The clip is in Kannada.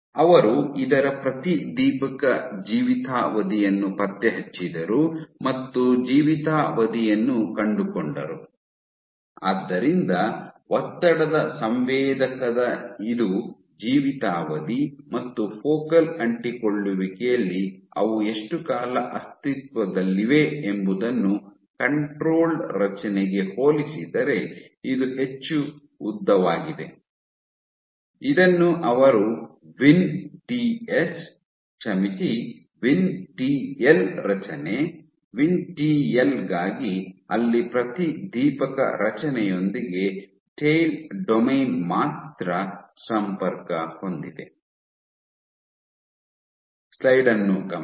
ಅವರು ಇದರ ಪ್ರತಿದೀಪಕ ಜೀವಿತಾವಧಿಯನ್ನು ಪತ್ತೆಹಚ್ಚಿದರು ಮತ್ತು ಜೀವಿತಾವಧಿಯನ್ನು ಕಂಡುಕೊಂಡರು ಆದ್ದರಿಂದ ಒತ್ತಡದ ಸಂವೇದಕದ ಇದು ಜೀವಿತಾವಧಿ ಮತ್ತು ಫೋಕಲ್ ಅಂಟಿಕೊಳ್ಳುವಿಕೆಯಲ್ಲಿ ಅವು ಎಷ್ಟು ಕಾಲ ಅಸ್ತಿತ್ವದಲ್ಲಿವೆ ಎಂಬುದನ್ನು ಕಂಟ್ರೊಲ್ಡ್ ರಚನೆಗೆ ಹೋಲಿಸಿದರೆ ಇದು ಹೆಚ್ಚು ಉದ್ದವಾಗಿದೆ ಇದನ್ನು ಅವರು ವಿನ್ ಟಿಎಸ್ ಕ್ಷಮಿಸಿ ವಿನ್ ಟಿಎಲ್ ರಚನೆ ವಿನ್ಟಿಎಲ್ ಗಾಗಿ ಅಲ್ಲಿ ಪ್ರತಿದೀಪಕ ರಚನೆಯೊಂದಿಗೆ ಟೈಲ್ ಡೊಮೇನ್ ಮಾತ್ರ ಸಂಪರ್ಕ ಹೊಂದಿದೆ